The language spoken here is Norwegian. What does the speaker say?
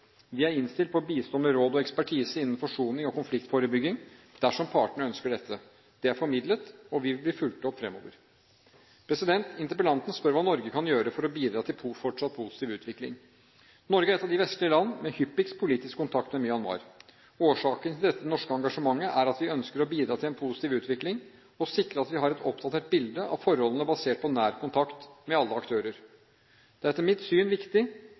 Vi er innstilt på å bistå med råd og ekspertise innen forsoning og konfliktforebygging dersom partene ønsker dette. Det er formidlet og vil bli fulgt opp fremover. Interpellanten spør hva Norge kan gjøre for å bidra til fortsatt positiv utvikling. Norge er et av de vestlige land med hyppigst politisk kontakt med Myanmar. Årsaken til dette norske engasjementet er at vi ønsker å bidra til en positiv utvikling og sikre at vi har et oppdatert bilde av forholdene basert på nær kontakt med alle aktører. Det er etter mitt syn viktig